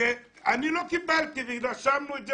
אני לא קיבלתי, ורשמנו את זה